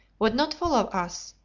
would not follow us,